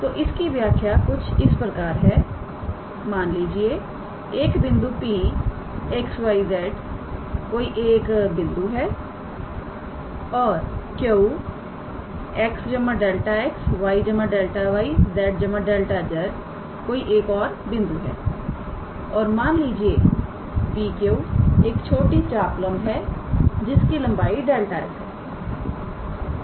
तो इसकी व्याख्या कुछ इस प्रकार है मान लीजिए एक बिंदु P 𝑥 𝑦 𝑧 कोई एक बिंदु है और Q 𝑥 𝛿𝑥 𝑦 𝛿𝑦 𝑧 𝛿𝑧 कोई एक और बिंदु है और मान लीजिएPQ एक छोटी चापलंब है जिसकी लंबाई 𝛿𝑠 है